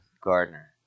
Gardner